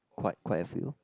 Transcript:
quite quite a few